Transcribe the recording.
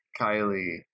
Kylie